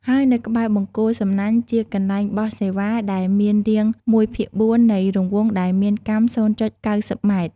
ហើយនៅក្បែរបង្គោលសំណាញ់ជាកន្លែងបោះសេវាដែលមានរាង១ភាគ៤នៃ រង្វង់ដែលមានកាំ០.៩០ម៉ែត្រ ។